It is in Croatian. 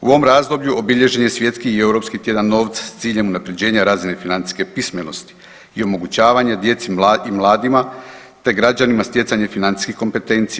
U ovom razdoblju obilježen je svjetski i europski tjedan novca s ciljem unapređenja razine financijske pismenosti i omogućavanje djeci i mladima te građanima stjecanje financijskih kompetencija.